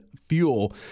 fuel